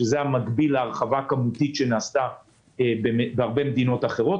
שזה המקביל להרחבה כמותית שנעשתה בהרבה מדינות אחרות.